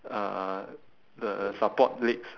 signage ah